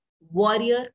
warrior